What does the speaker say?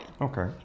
okay